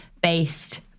based